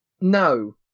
No